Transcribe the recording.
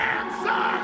answer